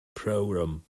programme